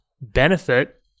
benefit